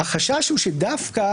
החשש הוא שדווקא